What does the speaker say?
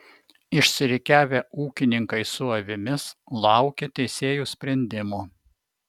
išsirikiavę ūkininkai su avimis laukė teisėjų sprendimo